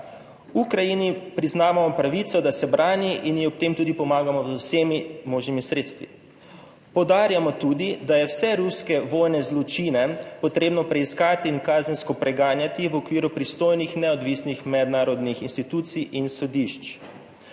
Ukrajini priznavamo pravico, da se brani in ji ob tem tudi pomagamo z vsemi možnimi sredstvi. Poudarjamo tudi, da je vse ruske vojne zločine potrebno preiskati in kazensko preganjati v okviru pristojnih neodvisnih mednarodnih institucij in sodišč.